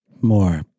More